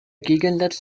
gegensatz